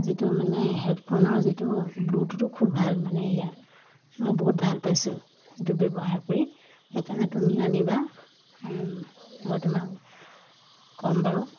যিটো মানে হেডফোনৰ যিটো ব্লুটুথো খুব ভাল মানে ইয়াৰ মই বহুত ভাল পাইছোঁ সেইটো ব্যৱহাৰ কৰি সেইকাৰণে তুমিও আনিবা মই তোমাক ক'ম বাৰু